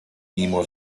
mimo